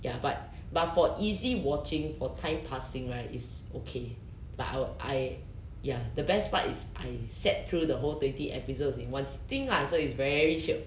ya but but for easy watching for time passing right it's okay but I ya the best part is I sat through the whole twenty episodes in one sitting lah so it's very shiok